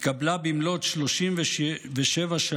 התקבלה במלאות 37 שנים